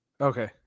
Okay